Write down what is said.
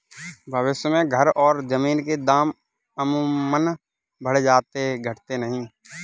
भविष्य में घर और जमीन के दाम अमूमन बढ़ जाते हैं घटते नहीं